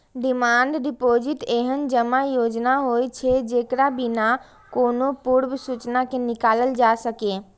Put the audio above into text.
demand deposit एहन जमा योजना होइ छै, जेकरा बिना कोनो पूर्व सूचना के निकालल जा सकैए